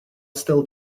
still